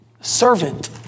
servant